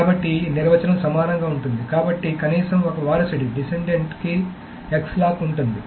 కాబట్టి ఈ నిర్వచనం సమానంగా ఉంటుంది కాబట్టి కనీసం ఒక వారసుడి కి X లాక్ ఉంటుంది